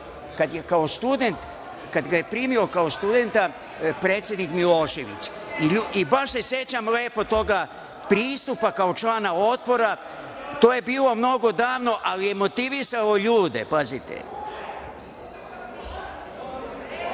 kad ga je primio kao studenta predsednik Milošević i baš se sećam lepo toga pristupa kao člana „Otpora“ to je bilo mnogo davno, ali je motivisao ljude.